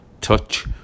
touch